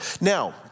Now